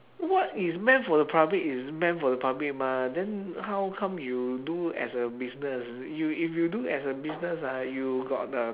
what is meant for the public is meant for the public mah then how come you do as a business you if you do as a business ah you got the